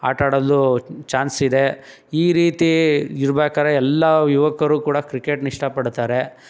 ಆಟಾಡೋದು ಚಾನ್ಸಿದೆ ಈ ರೀತಿ ಇರ್ಬೇಕಾದ್ರೆ ಎಲ್ಲ ಯುವಕರು ಕೂಡ ಕ್ರಿಕೆಟನ್ನ ಇಷ್ಟಪಡ್ತಾರೆ